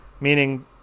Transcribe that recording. Meaning